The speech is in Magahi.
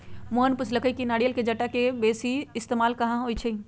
मोहन पुछलई कि नारियल के जट्टा के बेसी इस्तेमाल कहा होई छई